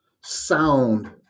sound